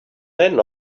then